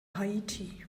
haiti